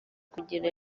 kugira